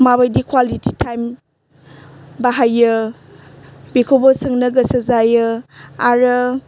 माबायदि quality time बाहायो बेखौबो सोंनो गोसो जायो आरो